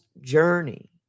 journey